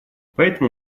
поэтому